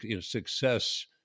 success